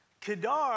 Kedar